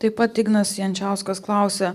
taip pat ignas jančiauskas klausė